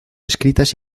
escritas